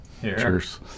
Cheers